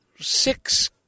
six